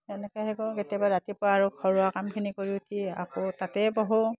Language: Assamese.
তেনেকৈ সেই কৰোঁ কেতিয়াবা ৰাতিপুৱা আৰু ঘৰুৱা কামখিনি কৰি উঠি আকৌ তাতেই বহোঁ